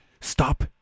Stop